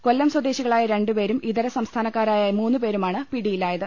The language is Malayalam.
കൊല്ലം സ്വദേശികളായ രണ്ടുപേരും ഇതര സംസ്ഥാനക്കാരായ മൂന്നുപേരുമാണ് പിടിയിലായത്